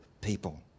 people